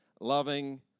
loving